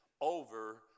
over